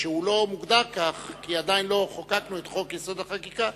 שהוא לא מוגדר כך כי עדיין לא חוקקנו את חוק-יסוד: החקיקה,